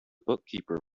bookkeeper